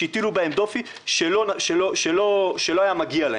שהטילו בהם דופי שלא היה מגיע להם,